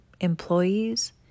employees